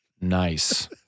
Nice